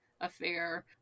affair